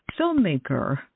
filmmaker